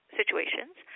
situations